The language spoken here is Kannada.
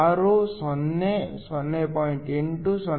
6 0 0